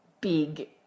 big